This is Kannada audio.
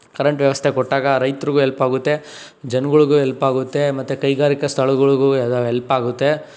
ಕರೆಂಟ್ ವ್ಯವಸ್ಥೆ ಕೊಟ್ಟಾಗ ರೈತರಿಗೂ ಎಲ್ಪಾಗುತ್ತೆ ಜನಗಳಿಗೂ ಎಲ್ಪಾಗುತ್ತೆ ಮತ್ತೆ ಕೈಗಾರಿಕಾ ಸ್ಥಳಗಳಿಗೂ ಎಲ್ ಎಲ್ಪಾಗುತ್ತೆ